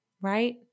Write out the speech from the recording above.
right